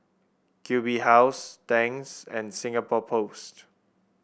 Q B House Tangs and Singapore Post